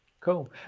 Cool